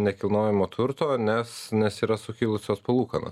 nekilnojamo turto nes nes yra sukilusios palūkanos